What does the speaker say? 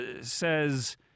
says